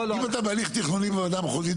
אם אתה בהליך תכנוני עם הוועדה המחוזית,